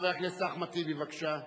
חבר הכנסת אחמד טיבי, בבקשה.